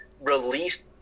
released